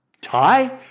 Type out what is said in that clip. tie